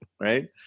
right